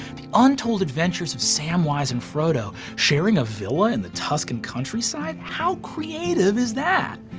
the untold adventures of samwise and frodo, sharing a villa in the tuscan countryside? how creative is that?